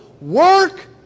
work